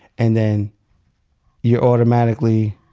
and then you're automatically